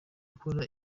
ukora